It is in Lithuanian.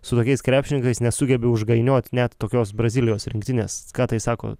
su tokiais krepšininkais nesugebi užgainiot net tokios brazilijos rinktinės ką tai sako